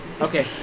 Okay